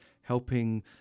helping